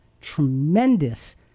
tremendous